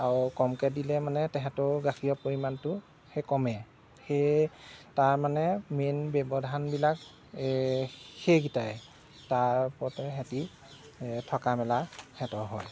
আউ কমকে দিলে মানে তেহেঁতৰো গাখীৰৰ পৰিমাণটো সেই কমে সেয়ে তাৰমানে মেইন ব্যৱধান বিলাক সেইকিটায়ে তাৰ ওপৰতে এহেঁতি থকা মেলা সেহেঁতৰ হয়